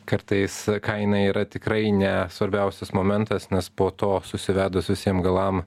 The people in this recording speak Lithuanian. kartais kaina yra tikrai ne svarbiausias momentas nes po to susivedus visiem galam